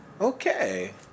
Okay